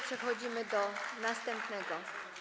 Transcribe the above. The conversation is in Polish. Przechodzimy do następnego.